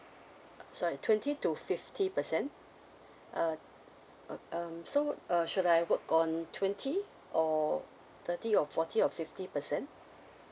sorry twenty to fifty percent uh o~ um so uh should I work on twenty or thirty or forty or fifty percent